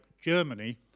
Germany